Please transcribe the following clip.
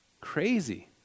Crazy